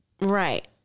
Right